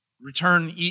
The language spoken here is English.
return